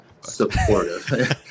supportive